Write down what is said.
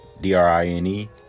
D-R-I-N-E